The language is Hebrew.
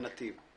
הנתיב.